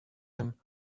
him